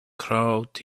crowd